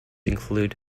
include